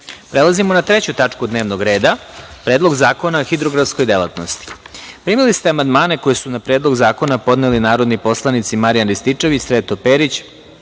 celini. Prelazimo na treću tačku dnevnog reda – Predlog zakona o hidrografskoj delatnosti. Primili ste amandmane koje su na Predlog zakona podneli narodni poslanici: Marijan Rističević, Sreto Perić,